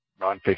nonfiction